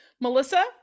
Melissa